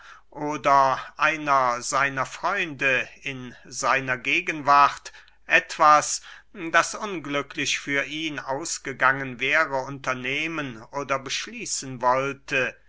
oder einer seiner freunde in seiner gegenwart etwas das unglücklich für ihn ausgegangen wäre unternehmen oder beschließen wollte